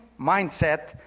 mindset